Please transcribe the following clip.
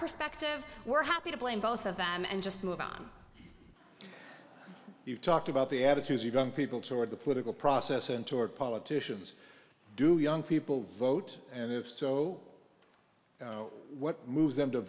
perspective we're happy to blame both of them and just move on you talked about the attitudes you got people toward the political process and toward politicians do young people vote and if so what moves them to